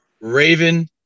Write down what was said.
Raven